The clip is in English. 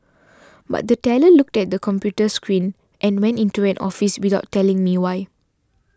but the teller looked at the computer screen and went into an office without telling me why